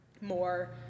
more